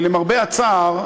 למרבה הצער,